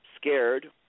scared